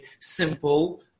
simple